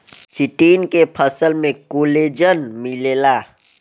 chitin के फसल में कोलेजन मिलेला